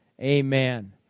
Amen